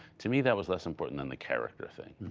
to me, that was less important than the character thing.